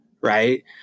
Right